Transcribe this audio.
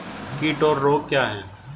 कीट और रोग क्या हैं?